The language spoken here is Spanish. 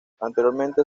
anteriormente